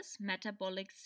metabolic